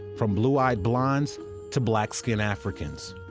from blue-eyed blonds to black-skinned africans.